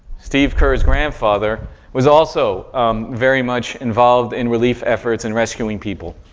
steve kerr's grandfather was also very much involved in relief efforts and rescuing people.